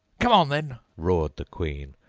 come on, then roared the queen,